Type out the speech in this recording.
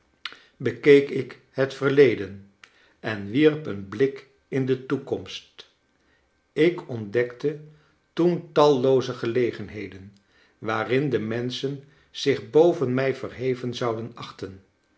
bekeek ik het verleden en wierp een blik in de toekomst ik ontdekte tosn tallooze gelegenheden waarin de menschen zich boven mij verheven zouden achten